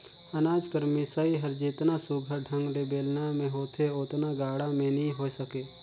अनाज कर मिसई हर जेतना सुग्घर ढंग ले बेलना मे होथे ओतना गाड़ा मे नी होए सके